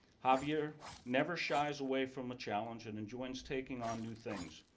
javier never shies away from a challenge and enjoys taking on new things.